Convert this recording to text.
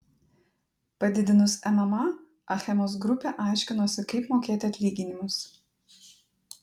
padidinus mma achemos grupė aiškinosi kaip mokėti atlyginimus